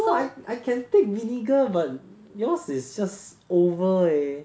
no but I I can take vinegar but yours is just over eh